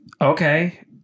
okay